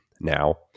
now